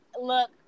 look